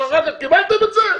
ואחר כך קיבלתם את זה,